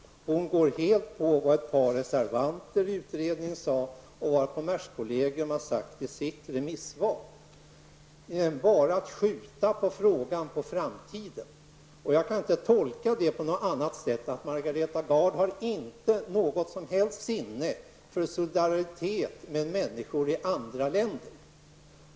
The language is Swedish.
Hon går helt på vad ett par reservanter i utredningen sade och vad kommerskollegium har sagt i sitt remissvar. Man skulle bara skjuta frågan på framtiden. Jag kan inte tolka det på något annat sätt än att Margareta Gard inte har något som helst sinne för solidaritet med människor i andra länder.